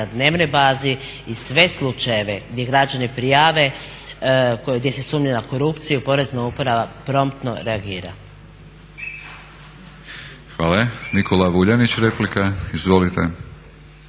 dnevnoj bazi i sve slučajeve gdje građani prijave, gdje se sumnja na korupciju Porezna uprava promptno reagira. **Batinić, Milorad (HNS)** Hvala. Nikola Vuljanić replika, izvolite.